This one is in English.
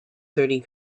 thirty